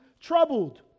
troubled